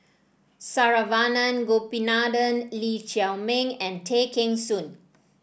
Saravanan Gopinathan Lee Chiaw Meng and Tay Kheng Soon